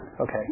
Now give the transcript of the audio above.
Okay